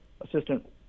Assistant